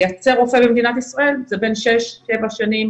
לייצר רופא במדינת ישראל זה בין שש לשבע שנים